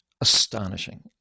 astonishing